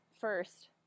First